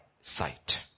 sight